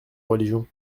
religion